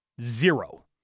zero